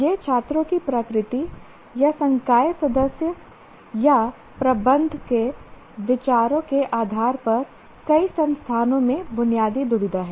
यह छात्रों की प्रकृति या संकाय सदस्य या प्रबंधन के विचारों के आधार पर कई संस्थानों में बुनियादी दुविधा है